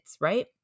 right